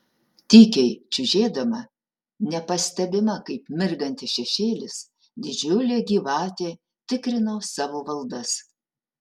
tykiai čiužėdama nepastebima kaip mirgantis šešėlis didžiulė gyvatė tikrino savo valdas